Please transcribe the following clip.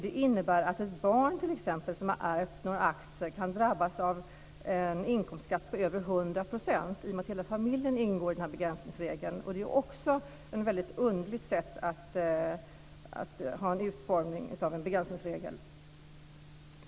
Det innebär t.ex. att ett barn som ärvt några aktier kan drabbas av en inkomstskatt på över 100 % i och med att hela familjen ingår i begränsningsregeln. Det är också ett väldigt underligt sätt att utforma en begränsningsregel.